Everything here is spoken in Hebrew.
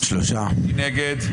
מי נגד?